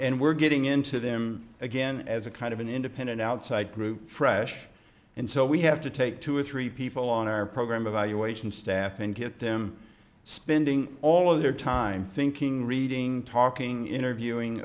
and we're getting into them again as a kind of an independent outside group fresh and so we have to take two or three people on our program evaluation staff and get them spending all of their time thinking reading talking interviewing